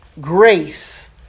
Grace